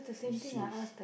cease